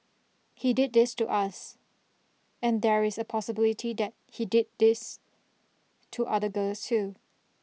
he did this to us and there is a possibility that he did it this to other girls too